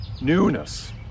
newness